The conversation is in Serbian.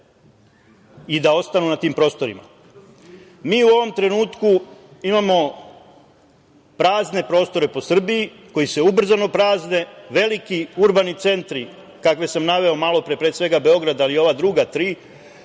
i da ostanu na tim prostorima. Mi u ovom trenutku imamo prazne prostore po Srbiji, koji se ubrzano prazne. Veliki urbani centri, kakve sam naveo malopre, pre svega Beograda, ali i ova druga tri,